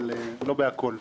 אבל לא בכול.